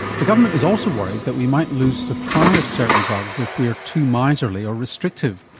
the government is also worried that we might lose supply of certain drugs if we're too miserly or restrictive,